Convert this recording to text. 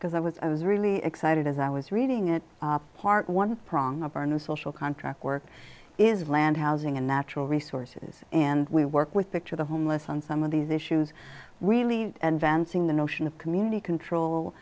because i was i was really excited as i was reading it part one prong of our new social contract work is land housing and natural resources and we work with picture the homeless on some of these issues really venting the notion of community control